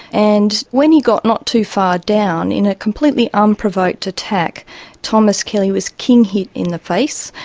and when he got not too far down, in a completely unprovoked attack thomas kelly was king hit in the face,